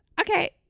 okay